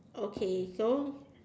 okay so